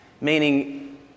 Meaning